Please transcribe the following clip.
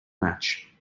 match